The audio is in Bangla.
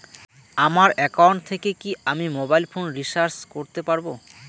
আমার একাউন্ট থেকে কি আমি মোবাইল ফোন রিসার্চ করতে পারবো?